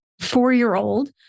four-year-old